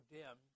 dim